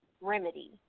remedy